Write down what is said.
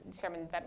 Chairman